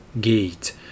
gate